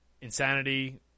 Insanity